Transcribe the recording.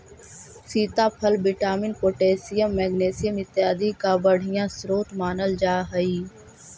सीताफल vitamin, potassium, magnesium इत्यादि का बढ़िया स्रोत मानल जा हई